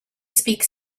speak